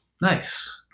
Nice